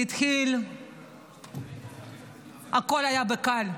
כי התחיל, הכול היה קל,